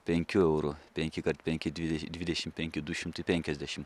penkių eurų penki kart penki dvi dvidešim penki du šimtai penkiasdešim